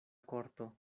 korto